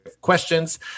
questions